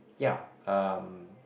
ya um